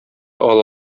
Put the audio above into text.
ала